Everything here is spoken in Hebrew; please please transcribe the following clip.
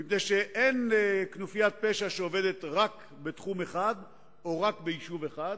מפני שאין כנופיית פשע שעובדת רק בתחום אחד או רק ביישוב אחד,